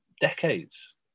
decades